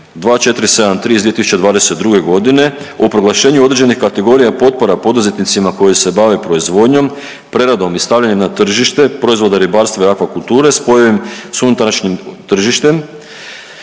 2473/2022 godine o proglašenju određenih kategorija potpora poduzetnicima koji se bave proizvodnjom, preradom i stavljanjem na tržište, proizvoda ribarstva i akvakulture … s unutrašnjim tržištem